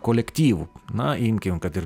kolektyvų na imkime kad ir